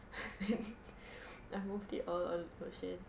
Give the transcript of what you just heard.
then I moved it all on notion